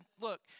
look